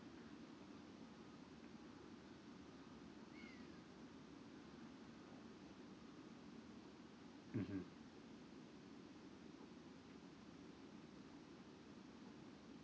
mmhmm